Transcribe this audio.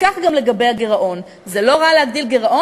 כך גם לגבי הגירעון: זה לא רע להגדיל גירעון,